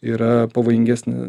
yra pavojingesnis